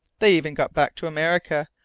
they even got back to america,